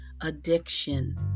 addiction